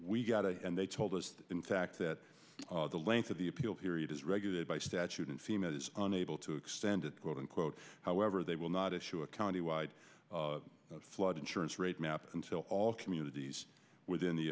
we got it and they told us in fact that the length of the appeal period is regulated by statute and seen it is unable to extended quote and quote however they will not issue a county wide flood insurance rate map until all communities within the